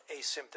asymptomatic